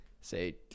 say